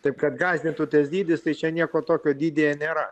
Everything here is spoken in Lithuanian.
taip kad gąsdintų tas dydis tai čia nieko tokio didyje nėra